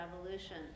revolution